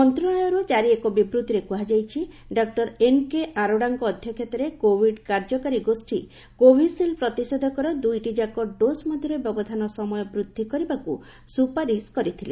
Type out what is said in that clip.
ମନ୍ତ୍ରଣାଳୟରୁ କ୍କାରି ଏକ ବିବୃତ୍ତିରେ କୁହାଯାଇଛି ଡକୁର ଏନ୍କେ ଅରୋଡାଙ୍କ ଅଧ୍ୟକ୍ଷତାରେ କୋବିଡ୍ କାର୍ଯ୍ୟକାରୀ ଗୋଷୀ କୋବିସିଲ୍ ପ୍ରତିଷେଧକର ଦୁଇଟି ଯାକ ଡୋଜ୍ ମଧ୍ୟରେ ବ୍ୟବଧାନ ସମୟ ବୃଦ୍ଧି କରିବାକୁ ସୁପାରିଶ କରିଥିଲେ